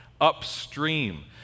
Upstream